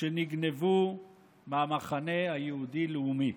שנגנבו מהמחנה היהודי-לאומי.